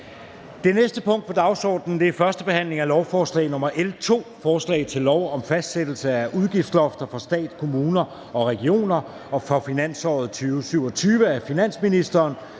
Det næste punkt på dagsordenen er: 3) 1. behandling af lovforslag nr. L 2: Forslag til lov om fastsættelse af udgiftslofter for stat, kommuner og regioner for finansåret 2027. Af finansministeren